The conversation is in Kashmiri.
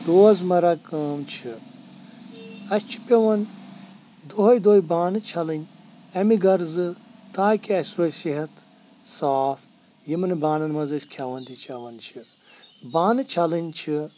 روز مَراہ کٲم چھِ اسہِ چھِ پٮ۪وان دۄہے دوہے بانہٕ چَھلٕنۍ امہِ غرضہٕ تاکہِ اسہِ روزِ صِحت صاف یِمن بانَن منٛز أسۍ کھٮ۪وان تہِ چٮ۪وان چھِ بانہٕ چَھلٕنۍ چھِ